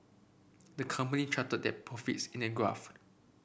the company charted their profits in an graph